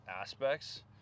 aspects